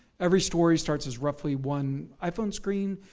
every story starts as roughly one iphone screen.